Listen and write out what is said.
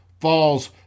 falls